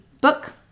book